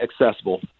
accessible